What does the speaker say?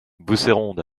bousséronde